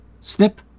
snip